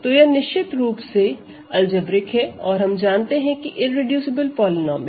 तो यह निश्चित रूप से अलजेब्रिक है और हम जानते हैं कि इररेडूसिबल पॉलीनोमिअल